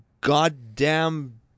goddamn